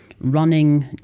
running